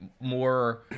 more